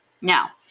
now